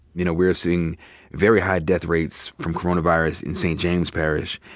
you know, we are seeing very high death rates from coronavirus in st. james parish.